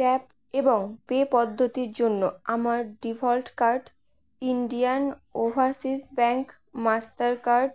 tap এবং pay পদ্ধতির জন্য আমার default card Indian Overseas Bank master card